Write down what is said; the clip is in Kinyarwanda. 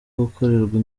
gukorerwa